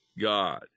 God